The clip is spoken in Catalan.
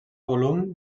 volum